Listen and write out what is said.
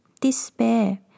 despair